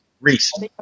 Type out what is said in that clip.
Reese